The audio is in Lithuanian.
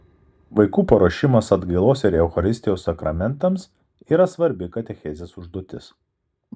vaikų paruošimas atgailos ir eucharistijos sakramentams yra svarbi katechezės užduotis